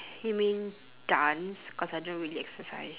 you mean dance cause I don't really exercise